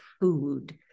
food